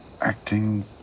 acting